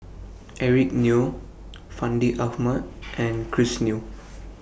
Eric Neo Fandi Ahmad and Chris Yeo